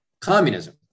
communism